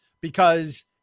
because-